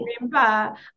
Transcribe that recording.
remember